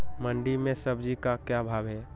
मंडी में सब्जी का क्या भाव हैँ?